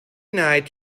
night